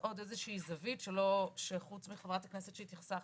עוד איזה שהיא זווית שחוץ מחברת הכנסת שהתייחסה